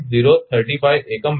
035 એકમ મેગાવાટ દીઠ0